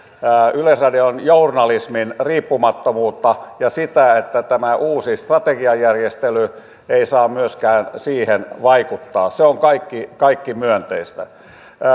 yleisradion journalismin riippumattomuutta ja sitä että tämä uusi strategiajärjestely ei saa myöskään siihen vaikuttaa se on kaikki kaikki myönteistä